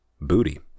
booty